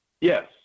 Yes